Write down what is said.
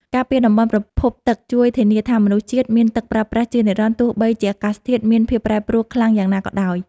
ការពារតំបន់ប្រភពទឹកជួយធានាថាមនុស្សជាតិមានទឹកប្រើប្រាស់ជានិរន្តរ៍ទោះបីជាអាកាសធាតុមានភាពប្រែប្រួលខ្លាំងយ៉ាងណាក៏ដោយ។